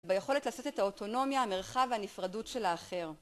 ביכולת לעשות את האוטונומיה, המרחב והנפרדות של האחר.